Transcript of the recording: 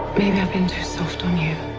maybe i've been too soft on you